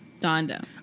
Donda